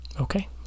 Okay